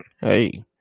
hey